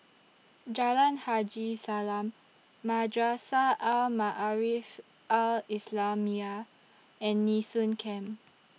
Jalan Haji Salam Madrasah Al Maarif Al Islamiah and Nee Soon Camp